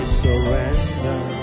surrender